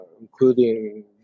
including